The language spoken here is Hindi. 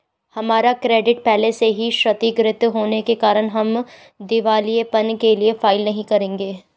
हमारा क्रेडिट पहले से ही क्षतिगृत होने के कारण हम दिवालियेपन के लिए फाइल नहीं करेंगे